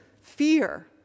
fear